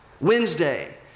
Wednesday